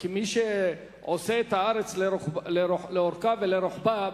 כמי שעובר את הארץ לאורכה ולרוחבה,